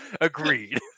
agreed